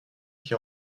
qui